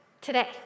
today